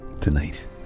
tonight